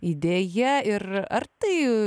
idėja ir ar tai